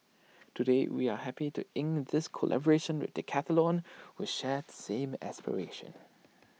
today we are happy to ink this collaboration with Decathlon who share the same aspiration